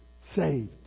saved